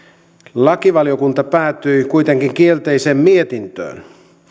lakivaliokunta päätyi kuitenkin kielteiseen mietintöön